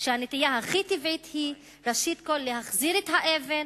שהנטייה הכי טבעית היא ראשית כול להחזיר את האבן